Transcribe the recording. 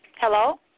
Hello